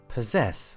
Possess